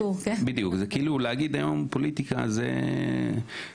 הסוגיה של הצעירים הבדואים זה לא פחות מאשר חרדים.